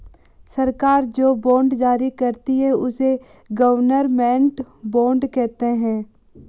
सरकार जो बॉन्ड जारी करती है, उसे गवर्नमेंट बॉन्ड कहते हैं